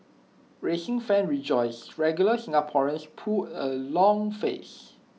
racing fans rejoice regular Singaporeans pull A long face